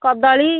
କଦଳୀ